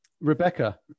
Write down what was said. Rebecca